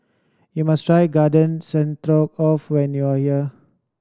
you must try Garden Stroganoff when you are here